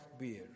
beer